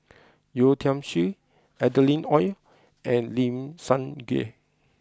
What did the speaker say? Yeo Tiam Siew Adeline Ooi and Lim Sun Gee